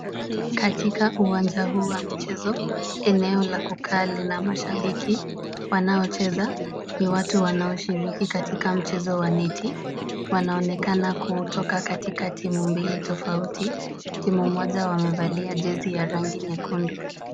Katika uwanja huu wa michezo, eneo la kukaa lina mashabiki. Wanaocheza ni watu wanaoshiriki katika mchezo wa niti. Wanaonekana kuotoka katika timu mbili tofauti, timu moja wamevalia jezi ya rangi nyekundu